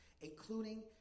including